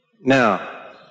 Now